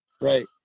Right